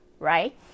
right